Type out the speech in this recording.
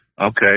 Okay